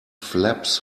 flaps